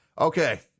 Okay